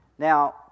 Now